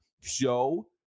show